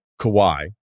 Kawhi